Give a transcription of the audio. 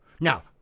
Now